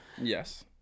Yes